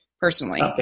personally